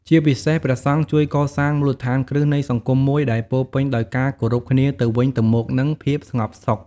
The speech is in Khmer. ជាពិសេស ព្រះសង្ឃជួយកសាងមូលដ្ឋានគ្រឹះនៃសង្គមមួយដែលពោរពេញដោយការគោរពគ្នាទៅវិញទៅមក និងភាពស្ងប់សុខ។